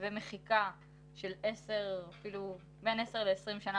מהווה מחיקה של בין עשר ל-20 שנה,